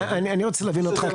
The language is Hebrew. אני רוצה להבין אותך,